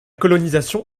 colonisation